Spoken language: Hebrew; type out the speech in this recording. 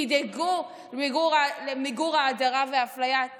תדאגו למיגור ההדרה והאפליה.